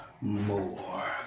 more